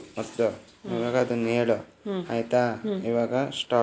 ನನಗೆ ಒಂದು ಲಕ್ಷ ಸಾಲ ಬೇಕ್ರಿ ಎಷ್ಟು ಜಮೇನ್ ಇದ್ರ ಕೊಡ್ತೇರಿ?